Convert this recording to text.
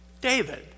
David